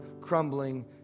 crumbling